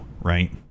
right